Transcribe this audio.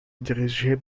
dirigée